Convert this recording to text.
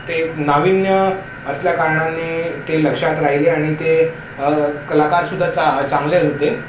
ते नाविन्य असल्याकारणाने ते लक्षात राहिले आणि ते कलाकारसुद्धा चा चांगलेच होते